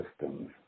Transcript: systems